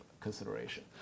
consideration